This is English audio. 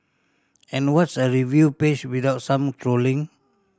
and what's a review page without some trolling